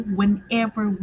whenever